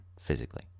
physically